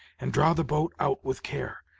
and draw the boat out with care,